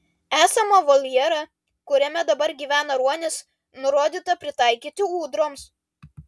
esamą voljerą kuriame dabar gyvena ruonis nurodyta pritaikyti ūdroms